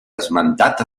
esmentat